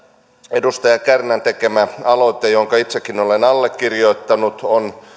edustaja kärnän tekemä aloite jonka itsekin olen allekirjoittanut on